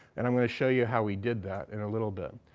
and i'm going to show you how we did that in a little bit.